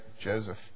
Joseph